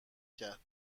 کرد